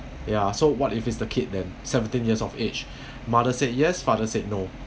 ya so what if is the kid then seventeen years of age mother said yes father said no